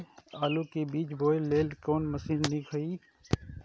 आलु के बीज बोय लेल कोन मशीन नीक ईय?